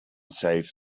save